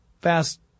fast